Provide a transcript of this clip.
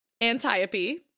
Antiope